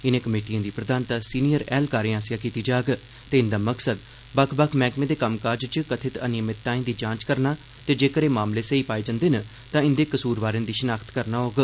इनें कमेटिए दी प्रधानता सीनियर ऐह्लकारें आसेआ कीती जाग ते इव्वा मकसद बक्ख बक्ख मैहकमें दे कम्मकाज च कथित अनियमितताए दी जाव्व करना ते जेक्कर एह मामले सेई पाए जव्वे न ता इवे कसूरवारें दी शिनाख्त करना होग